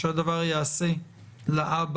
שהדבר ייעשה להבא,